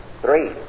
Three